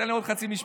תן לי עוד חצי משפט.